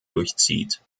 durchzieht